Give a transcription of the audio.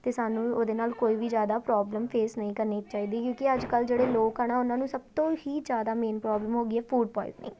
ਅਤੇ ਸਾਨੂੰ ਉਹਦੇ ਨਾਲ ਕੋਈ ਵੀ ਜ਼ਿਆਦਾ ਪ੍ਰੋਬਲਮ ਫੇਸ ਨਹੀਂ ਕਰਨੀ ਚਾਹੀਦੀ ਕਿਉਂਕਿ ਅੱਜ ਕੱਲ੍ਹ ਜਿਹੜੇ ਲੋਕ ਆ ਨਾ ਉਹਨਾਂ ਨੂੰ ਸਭ ਤੋਂ ਹੀ ਜ਼ਿਆਦਾ ਮੇਨ ਪ੍ਰੋਬਲਮ ਹੋ ਗਈ ਹੈ ਫੂਡ ਪੋਇਸਨਿੰਗ